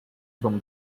from